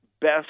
best